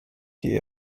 die